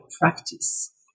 practice